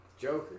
Joker